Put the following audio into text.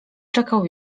czekał